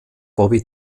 bobby